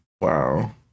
Wow